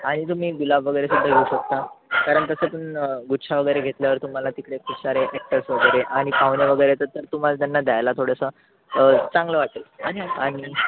आणि तुम्ही गुलाब वगैरे पण घेऊ शकता कारण कसं तून गुच्छ वगैरे घेतल्यावर तुम्हाला तिथले खूप सारे अॅक्टर्स वगैरे आणि पाहुणे वगैरे येतात तर तुम्हाला त्यांना द्यायला थोडंसं चांगलं वाटेल आणि आणि